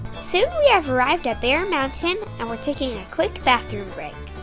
soon we ah arrived at bear mountain, and we're taking a quick bathroom break.